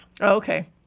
Okay